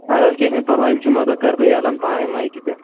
اَہَن حظ کِہیٖنٛۍ پَرواے جُمعہ دۅہ کَرٕ بہٕ اعلان پانے مایٚکہِ پیٚٹھ